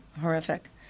Horrific